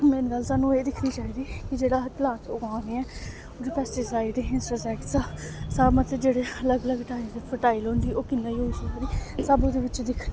main गल्ल सानूं एह् दिक्खनी चाहिदी कि जेह्ड़ा अस प्लांट उगा करने आं इसी पेस्टीसाइड सारा मतलब जेह्ड़ा कि अलग अलग टाइप दी फर्टाइल होंदी ओह् कियां यूज होंदी एह् सब ओह्दे बिच्च दिक्खनी ठीक ऐ